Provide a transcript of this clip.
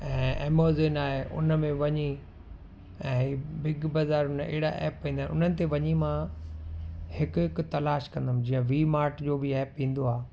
ऐं एमेजॉन आहे उन में वञी ऐं बिग बाज़ार उन अहिड़ा ऐप आहिनि उन्हनि ते वञी मां हिकु हिकु तलाश कंदुमि जीअं वी मार्ट जो बि ऐप ईंदो आहे